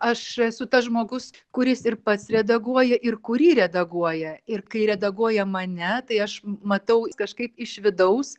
aš esu tas žmogus kuris ir pats redaguoja ir kurį redaguoja ir kai redaguoja mane tai aš matau kažkaip iš vidaus